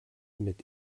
mit